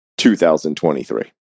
2023